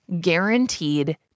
Guaranteed